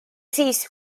siis